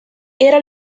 era